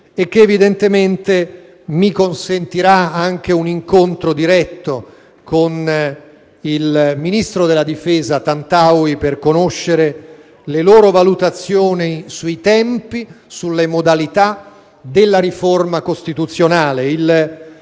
a breve e che mi consentirà anche un incontro diretto con il ministro della difesa Tantaui per conoscere le loro valutazioni sui tempi e sulle modalità della riforma costituzionale.